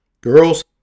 Girls